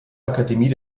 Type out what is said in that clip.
akademie